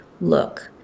look